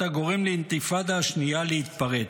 אתה גורם לאינתיפאדה השנייה להתפרץ.